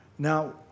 Now